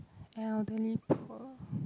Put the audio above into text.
ya elderly poor